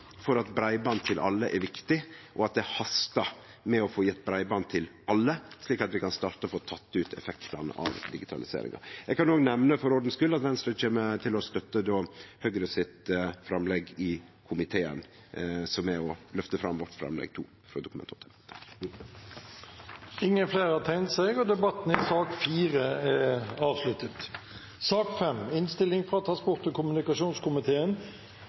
for at breiband til alle er viktig, og at det hastar med å få gjeve breiband til alle, slik at vi kan starte med å få teke ut effektane av digitaliseringa. Eg kan òg for ordens skuld nemne at Venstre kjem til å støtte forslag nr. 1, frå Høgre, som er å løfte fram vårt andre framlegg frå representantforslaget. Flere har ikke bedt om ordet til sak nr. 4. Etter ønske fra transport- og kommunikasjonskomiteen